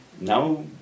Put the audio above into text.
now